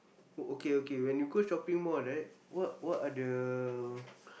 okay okay when you go shopping mall right what what are the